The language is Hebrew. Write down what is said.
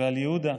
ועל יהודה,